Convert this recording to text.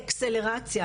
אקסלקציה.